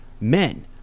men